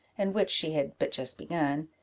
and which she had but just begun,